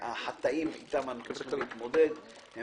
מן החטאים שאיתם אנחנו צריכים להתמודד הם